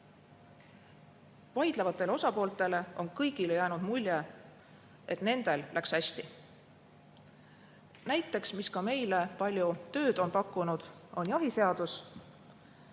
Vaidlevatele osapooltele on jäänud mulje, et nendel läks hästi. Näiteks, mis ka meile palju tööd on pakkunud, on jahiseadus.